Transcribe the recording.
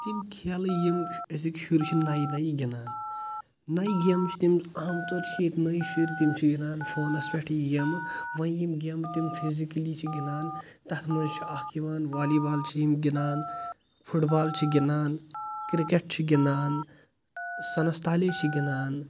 تِم کھیلہٕ یِم أزٕکۍ شُرۍ چھِ نیہِ نیہِ گندان نیہِ گیمہٕ چھِ تِم اہم طور چھِ ییٚتہِ نٔیۍ شُرۍ تِم چھِ گنٛدان فونس پٮ۪ٹھ گیمہٕ وۄنۍ یِم گیمہٕ تِم فیٚزِکٔلی چھِ گنٛدان تتھ منٛز چھ اکھ یِوان والی بال چھِ یِم گندان فٹ بال چھِ گنٛدان کرکٹ چھِ گندان سنستالی چھِ گنٛدان